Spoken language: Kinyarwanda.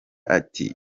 ati